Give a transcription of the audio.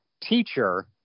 teacher